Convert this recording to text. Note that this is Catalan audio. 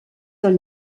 del